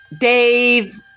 Dave